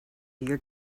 your